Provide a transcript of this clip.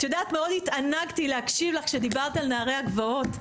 את יודעת מאוד התענגתי להקשיב לך שדיברת על נערי הגבעות,